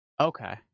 okay